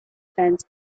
fence